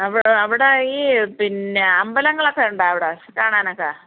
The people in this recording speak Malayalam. അവിടെ അവിടെ ഈ പിന്നെ അമ്പലങ്ങളൊക്കെ ഉണ്ടോ അവിടെ കാണാനൊക്ക